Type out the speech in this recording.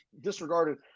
disregarded